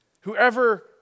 Whoever